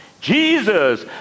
Jesus